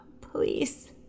please